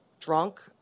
drunk